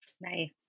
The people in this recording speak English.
Nice